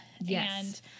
Yes